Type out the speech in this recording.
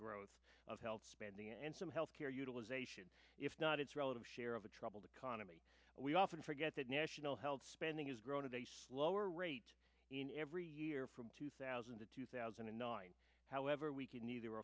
growth of health spending and some healthcare utilization if not its relative share of the troubled economy we often forget that national health spending has grown to a slower rate in every year from two thousand to two thousand and nine however we can neither